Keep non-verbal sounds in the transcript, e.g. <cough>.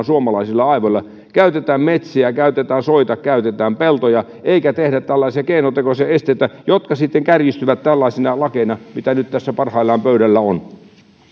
<unintelligible> suomalaisilla aivoilla käytetään metsiä käytetään soita käytetään peltoja eikä tehdä tällaisia kenotekoisia esteitä jotka sitten kärjistyvät tällaisina lakeina kuin nyt tässä parhaillaan pöydällä on